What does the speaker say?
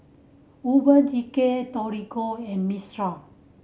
Urban Decay Torigo and Mistral